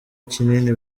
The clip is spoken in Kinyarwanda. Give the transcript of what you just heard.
kinini